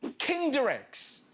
kinder eggs.